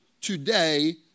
today